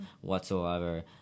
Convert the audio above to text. whatsoever